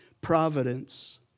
providence